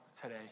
today